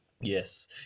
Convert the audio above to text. Yes